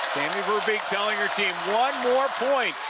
tammi veerbeek telling her team, one more point.